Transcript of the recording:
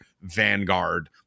Vanguard